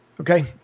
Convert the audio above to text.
okay